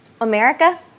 america